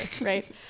right